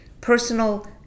personal